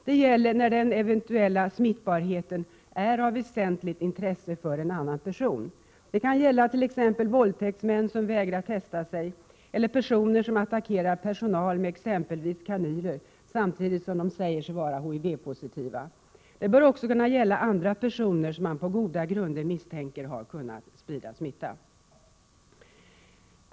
Det gäller när en persons eventuella smittbarhet är av väsentligt intresse för en annan person, exempelvis beträffande våldstäktsmän som vägrar testa sig, eller personer som attackerar personal med exempelvis kanyler, samtidigt som de säger sig vara HIV-positiva. Även andra personer som man på goda grunder misstänker har kunnat sprida smitta bör innefattas.